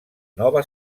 nova